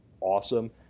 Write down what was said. awesome